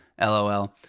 LOL